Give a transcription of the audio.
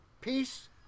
Peace